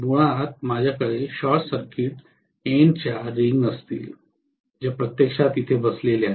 मुळात माझ्याकडे short circuited च्या रिंग्स असतील जे प्रत्यक्षात इथे बसलेले आहेत